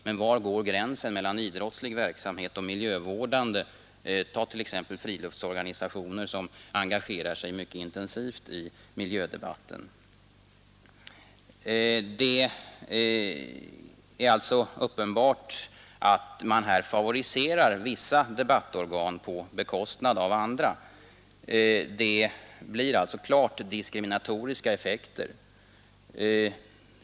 Men var går gränsen mellan idrottslig verksamhet och miljövårdande? Ta t.ex. friluftsorganisationer som engagerar sig mycket intensivt i miljödebatten! Det är uppenbart att man här favoriserar vissa debattorgan på bekostnad av andra. Det blir alltså klart diskriminatoriska effekter.